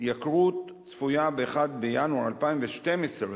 ההתייקרות הצפויה ב-1 בינואר 2012,